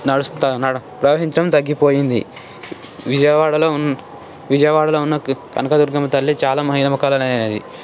నడుస్తూ ప్రవహించడం తగ్గిపోయింది విజయవాడలో ఉన్న విజయవాడలో ఉన్న కనకదుర్గమ్మ తల్లి చాలా మహిమ కలనైనది